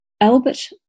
Albert